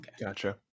Gotcha